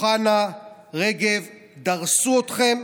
אוחנה ורגב דרסו אתכם,